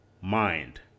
mind